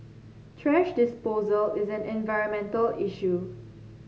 thrash disposal is an environmental issue